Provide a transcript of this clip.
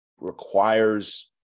requires